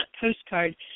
postcard